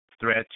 threat